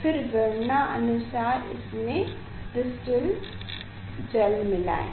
फिर गणना अनुसार इसमे डिस्टिल जल मिलाये